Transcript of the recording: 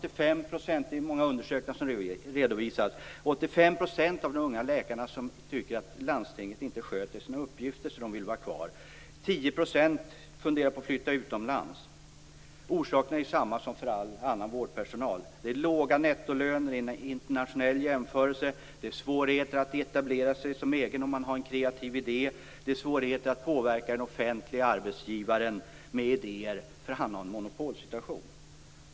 I många undersökningar redovisas att 85 % av de unga läkarna tycker att Landstinget inte sköter sina uppgifter på ett sätt som gör att de vill stanna. 10 % av dem funderar på att flytta utomlands. Orsakerna är desamma som för all annan vårdpersonal. Internationellt sett låga nettolöner. Svårigheter att etablera sig som egen med en kreativ idé. Svårigheter att påverka den offentliga arbetsgivaren med idéer eftersom det råder en monopolsituation.